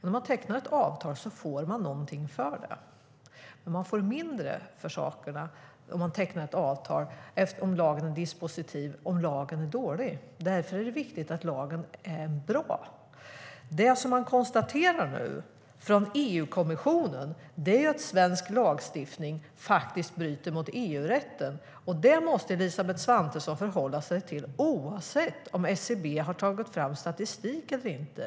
När man tecknar ett avtal får man något för det. Men man får mindre om man tecknar ett avtal, om lagen är dispositiv, om lagen är dålig. Därför är det viktigt att lagen är bra. Det EU-kommissionen konstaterar är att svensk lagstiftning bryter mot EU-rätten. Det måste Elisabeth Svantesson förhålla sig till oavsett om SCB har tagit fram statistik eller inte.